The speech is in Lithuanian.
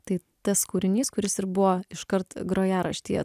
tai tas kūrinys kuris ir buvo iškart grojaraštyje